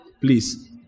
Please